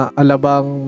alabang